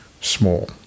small